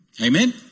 Amen